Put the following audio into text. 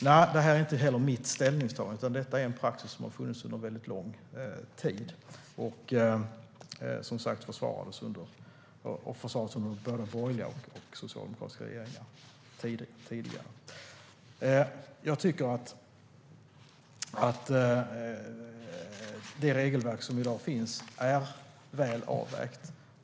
Detta är inte mitt ställningstagande, utan det är en praxis som har funnits under lång tid och som har försvarats av både borgerliga och socialdemokratiska regeringar. Det regelverk som finns är väl avvägt.